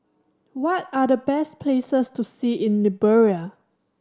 what are the best places to see in Liberia